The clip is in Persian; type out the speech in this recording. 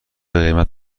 قیمت